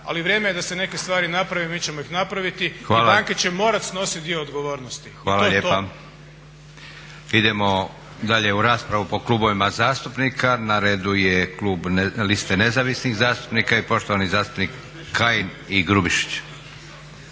ali vrijeme je da se neke stvari naprave i mi ćemo ih napraviti i banke će morat snosit dio odgovornosti. To je to. **Leko, Josip (SDP)** Hvala lijepa. Idemo dalje u raspravu po klubovima zastupnika. Na redu je klub Liste nezavisnih zastupnika i poštovani zastupnik Kajin i Grubišić.